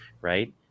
right